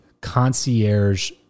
concierge